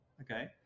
okay